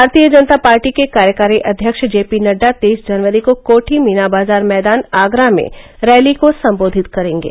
भारतीय जनता पार्टी के कार्यकारी अध्यक्ष जेपी नड्डा तेईस जनवरी को कोठी मीना बाजार मैदान आगरा में रैली को संबोधित करेंगे